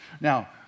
Now